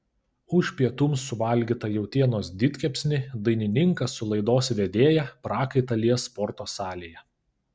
už pietums suvalgytą jautienos didkepsnį dainininkas su laidos vedėja prakaitą lies sporto salėje